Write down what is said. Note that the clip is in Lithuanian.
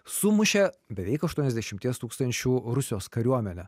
sumušė beveik aštuoniasdešimties tūkstančių rusijos kariuomenę